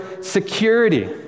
security